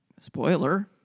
spoiler